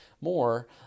more